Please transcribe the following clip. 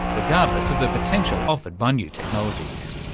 regardless of the potential offered by new technologies.